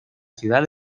ciudad